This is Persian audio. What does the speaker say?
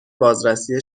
بازرسی